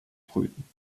brüten